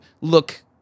look